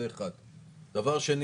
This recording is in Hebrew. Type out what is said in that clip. דבר שני,